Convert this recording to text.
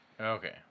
Okay